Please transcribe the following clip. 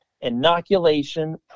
inoculation